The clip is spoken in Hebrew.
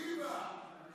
ויווה, איווט.